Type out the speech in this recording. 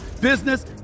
business